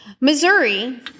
Missouri